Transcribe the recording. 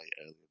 earlier